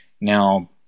Now